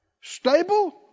Stable